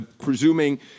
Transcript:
presuming